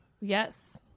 Yes